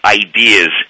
ideas